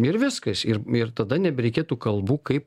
ir viskas ir ir tada nebereikėtų kalbų kaip